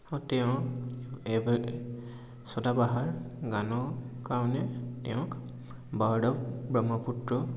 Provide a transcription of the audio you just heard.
তেওঁ এই চদা বাহাৰ গানৰ কাৰণে তেওঁক বাৰ্ড অৱ ব্ৰহ্মপুত্ৰ